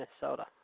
Minnesota